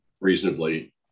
Reasonably